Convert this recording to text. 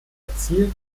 erzielt